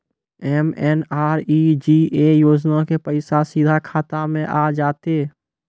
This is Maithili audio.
एम.एन.आर.ई.जी.ए योजना के पैसा सीधा खाता मे आ जाते?